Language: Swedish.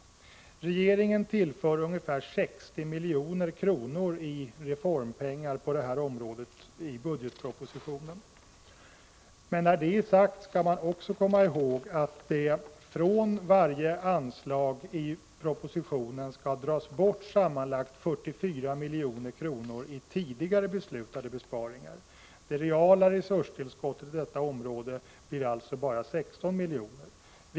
Regeringen tillför ungefär 60 milj.kr. i reformpengar på det här området genom budgetpropositionen. Men när det är sagt skall vi också komma ihåg att det från varje anslag i propositionen skall dras bort sammanlagt 44 milj.kr. i tidigare beslutade besparingar. Det reella resurstillskottet till detta område blir alltså bara 16 milj.kr.